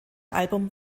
album